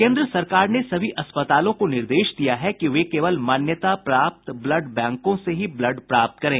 केन्द्र सरकार ने सभी अस्पतालों को निर्देश दिया है कि वे केवल मान्यता प्राप्त ब्लड बैंकों से ही ब्लड प्राप्त करें